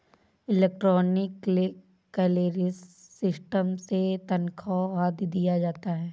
electronic clearance system से तनख्वा आदि दिया जाता है